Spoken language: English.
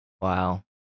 Wow